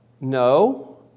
No